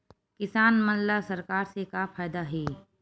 किसान मन ला सरकार से का फ़ायदा हे?